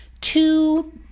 two